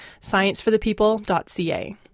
scienceforthepeople.ca